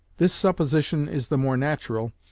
this supposition is the more natural,